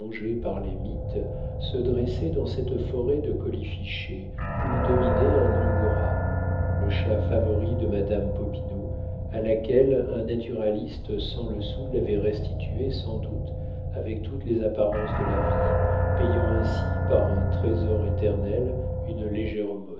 par les mites se dressaient dans cette forêt de colifichets où dominait un angora le chat favori de madame popinot à laquelle un naturaliste sans le sou l'avait restitué sans doute avec toutes les apparences de la vie payant ainsi par un trésor éternel une légère